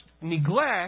neglect